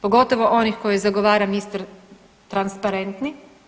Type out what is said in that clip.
Pogotovo onih koje zagovara Mister Transparentni.